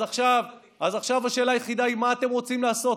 אז עכשיו השאלה היחידה היא מה אתם רוצים לעשות,